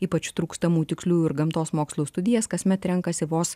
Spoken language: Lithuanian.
ypač trūkstamų tiksliųjų ir gamtos mokslų studijas kasmet renkasi vos